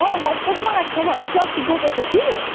अँ मजाको बनाएको छ भन्दैथ्यो अस्ति गएको थियो कि